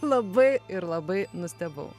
labai ir labai nustebau